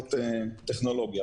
בעיות טכנולוגיה.